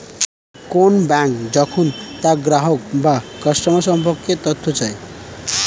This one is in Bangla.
কোন ব্যাঙ্ক যখন তার গ্রাহক বা কাস্টমার সম্পর্কে তথ্য চায়